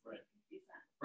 Right